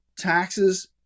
taxes